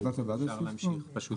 אפשר להמשיך פשוט